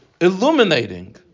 illuminating